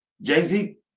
Jay-Z